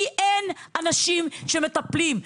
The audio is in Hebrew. כי אין אנשים שמטפלים.